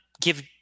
give